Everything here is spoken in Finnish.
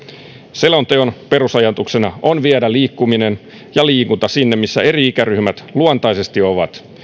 selonteon perusajatuksena on viedä liikkuminen ja liikunta sinne missä eri ikäryhmät luontaisesti ovat